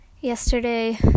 Yesterday